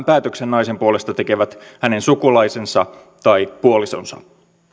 päätöksen naisen puolesta tekevät hänen sukulaisensa tai puolisonsa